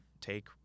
take